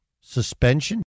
suspension